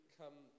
come